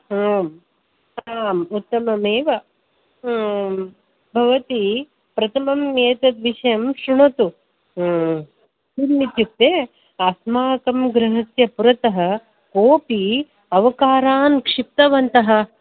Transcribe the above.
आम् आम् उत्तममेव भवति प्रथमम् एतद् विषयं शृणोतु किम् इत्युक्ते अस्माकं गृहस्य पुरतः कोपि अवकारान् क्षिप्तवन्तः